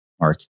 mark